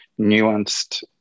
nuanced